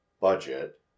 budget